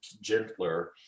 gentler